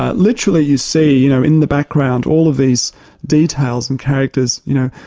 ah literally you see you know in the background all of these details and characters you know,